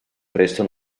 presto